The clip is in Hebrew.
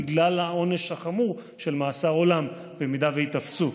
בגלל העונש החמור של מאסר עולם במידה שייתפסו.